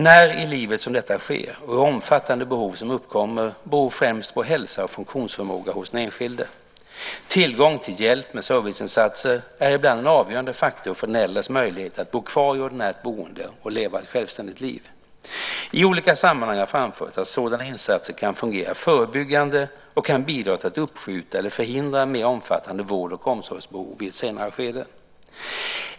När i livet som detta sker och hur omfattande behov som uppkommer beror främst på hälsa och funktionsförmåga hos den enskilde. Tillgång till hjälp med serviceinsatser är ibland en avgörande faktor för den äldres möjligheter att bo kvar i ordinärt boende och leva ett självständigt liv. I olika sammanhang har framförts att sådana insatser kan fungera förebyggande och kan bidra till att uppskjuta eller förhindra mer omfattande vård och omsorgsbehov i ett senare skede.